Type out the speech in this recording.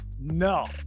No